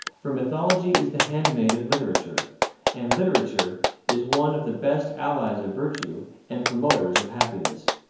for mythology is the handmaid of literature and literature is one of the best allies of virtue and promoters of happiness.